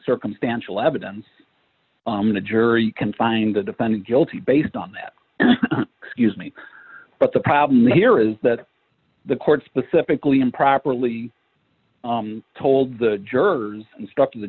circumstantial evidence the jury can find the defendant guilty based on that excuse me but the problem here is that the court specifically improperly told the jurors instructing the